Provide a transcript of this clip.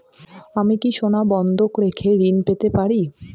আমি কি সোনা বন্ধক রেখে ঋণ পেতে পারি?